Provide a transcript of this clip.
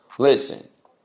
Listen